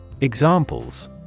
Examples